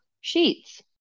sheets